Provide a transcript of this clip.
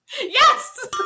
Yes